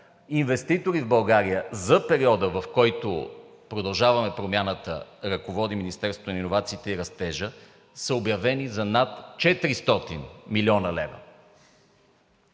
влизат в България за периода, в който „Продължаваме Промяната“ ръководи Министерството на иновациите и растежа, обявени са за над 400 млн. лв.